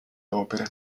opere